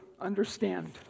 understand